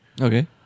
Okay